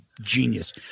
genius